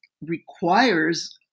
requires